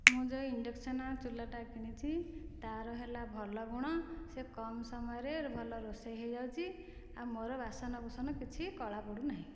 ମୁଁ ଯେଉଁ ଇଣ୍ଡକସନ୍ ଚୁଲା ଟା କିଣିଛି ତାର ହେଲା ଭଲ ଗୁଣ ସେ କମ୍ ସମୟରେ ଭଲ ରୋଷେଇ ହୋଇ ଯାଉଛି ଆଉ ମୋର ବାସନ କୁଶନ କିଛି କଳା ପଡ଼ୁନାହିଁ